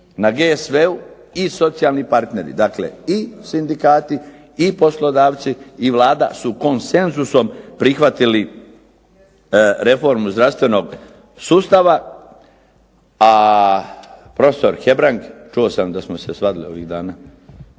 Na GSV-u i socijalni partneri, dakle i sindikati i poslodavci i Vlada su konsenzusom prihvatili reformu zdravstvenog sustava, a profesor Hebrang čuo sam da smo se svadili ovih dana,